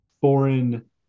foreign